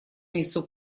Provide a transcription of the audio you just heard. внесу